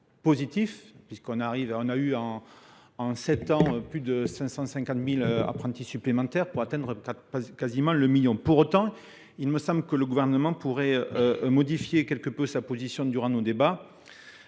positifs. En effet, nous avons compté en sept ans plus de 550 000 apprentis supplémentaires, pour atteindre quasiment le million. Pour autant, il me semble que le Gouvernement pourrait modifier quelque peu sa position durant nos débats,